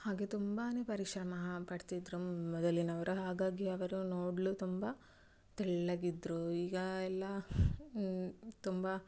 ಹಾಗೆ ತುಂಬಾ ಪರಿಶ್ರಮ ಪಡ್ತಿದ್ದರು ಮೊದಲಿನವರು ಹಾಗಾಗಿ ಅವರು ನೋಡಲು ತುಂಬ ತೆಳ್ಳಗಿದ್ದರು ಈಗ ಎಲ್ಲ ತುಂಬ